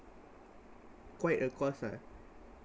quite a cost ah